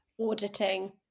auditing